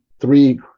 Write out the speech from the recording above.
three